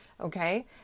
Okay